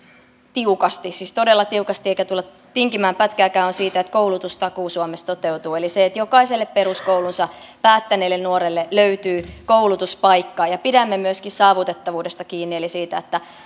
tiukasti siis todella tiukasti eikä tulla tinkimään pätkääkään on se että koulutustakuu suomessa toteutuu eli se että jokaiselle peruskoulunsa päättäneelle nuorelle löytyy koulutuspaikka pidämme myöskin saavutettavuudesta kiinni eli siitä että tosiasiallisesti